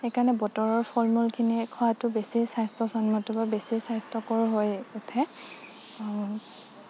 সেইকাৰণে বতৰৰ ফলমূলখিনিয়েই খোৱাটো বেছি স্বাস্থ্যসন্মত বা বেছি স্বাস্থ্যকৰ হৈ উঠে